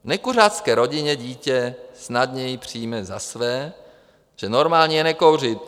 V nekuřácké rodině dítě snadněji přijme za své, že normální je nekouřit.